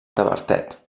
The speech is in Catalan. tavertet